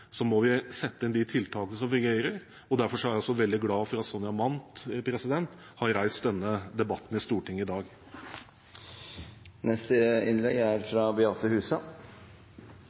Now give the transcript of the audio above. så må vi sette inn de tiltakene som fungerer, og derfor er jeg også veldig glad for at Sonja Mandt har reist denne debatten i Stortinget i dag. Barn er ei gåve. Representanten Hareide, som eg er